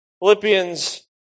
Philippians